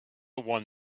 one